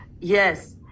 Yes